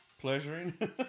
Pleasuring